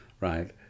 Right